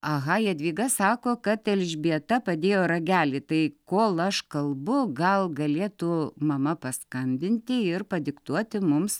aha jadvyga sako kad elžbieta padėjo ragelį tai kol aš kalbu gal galėtų mama paskambinti ir padiktuoti mums